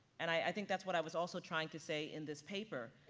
and i think that's what i was also trying to say in this paper,